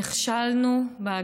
אני מבקש לדאוג שיגיע לכאן שר.